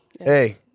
Hey